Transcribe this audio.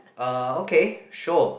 uh okay sure